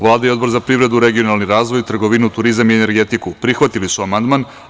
Vlada i Odbor za privredu, regionalni razvoj, trgovinu turizam i energetiku prihvatili su amandman.